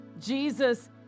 Jesus